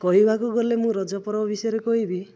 କହିବାକୁ ଗଲେ ମୁଁ ରଜପର୍ବ ବିଷୟରେ କହିବି